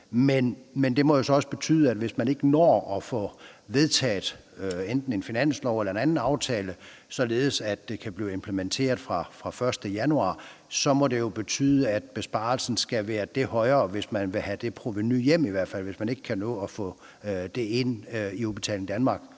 den igen fra 2017. Men hvis man ikke når at få vedtaget enten en finanslov eller en anden aftale, således at det vedtagne kan blive implementeret fra den 1. januar, så må det jo betyde, at besparelsen skal være det højere, hvis man i hvert fald vil have det provenu hjem og ikke kan nå at få det ind i Udbetaling Danmark